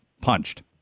punched